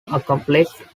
accomplished